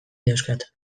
dauzkat